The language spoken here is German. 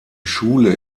schule